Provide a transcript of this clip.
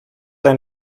ein